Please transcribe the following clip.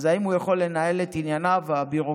האם הוא יכול לנהל את ענייניו הביורוקרטיים